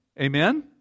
Amen